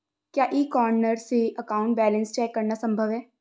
क्या e corner से account balance check करना संभव है?